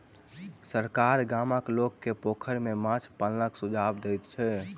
सरकार गामक लोक के पोखैर में माछ पालनक सुझाव दैत छै